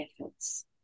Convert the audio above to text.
efforts